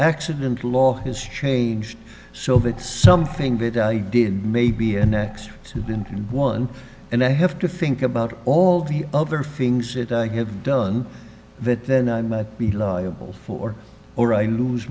accident law has changed so it's something that i did maybe an x student and one and i have to think about all the other feelings that i have done that then i might be liable for or i lose